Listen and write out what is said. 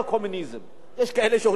יש כאלה שאולי היו רוצים, לא אני.